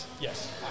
Yes